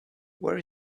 where